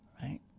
right